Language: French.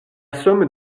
somme